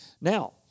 Now